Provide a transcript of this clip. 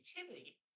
creativity